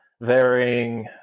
varying